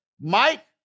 Mike